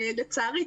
לצערי,